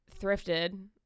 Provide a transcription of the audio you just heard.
thrifted